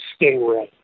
Stingray